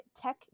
tech